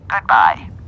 Goodbye